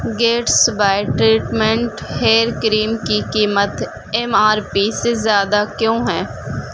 Gatsby treatment hair cream کی قیمت M R P سے زیادہ کیوں ہے